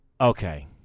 Okay